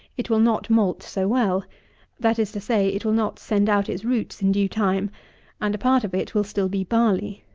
it will not malt so well that is to say, it will not send out its roots in due time and a part of it will still be barley.